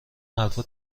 حرفها